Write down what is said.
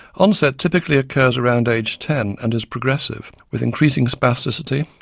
onset typically occurs around age ten, and is progressive, with increasing spasticity,